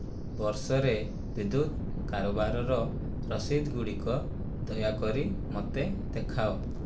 ବର୍ଷରେ ବିଦ୍ୟୁତ୍ କାରବାରର ରସିଦଗୁଡ଼ିକ ଦୟାକରି ମୋତେ ଦେଖାଅ